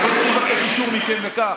אנחנו לא צריכים לבקש אישור מכם לכך.